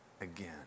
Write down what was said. again